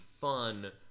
fun